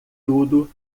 tudo